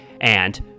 and